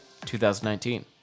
2019